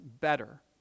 better